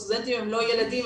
הסטודנטים הם לא ילדים,